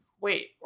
wait